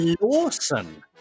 Lawson